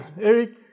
Eric